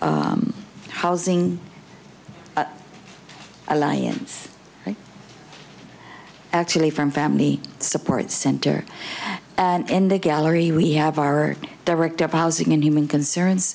housing alliance actually from family support center in the gallery we have our director of housing and human concerns